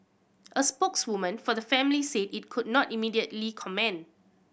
a spokeswoman for the family said it could not immediately comment